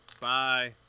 Bye